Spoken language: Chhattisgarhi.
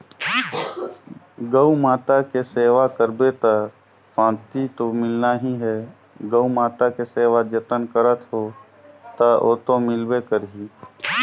गउ माता के सेवा करबे त सांति तो मिलना ही है, गउ माता के सेवा जतन करत हो त ओतो मिलबे करही